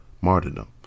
martyrdom